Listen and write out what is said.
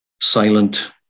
silent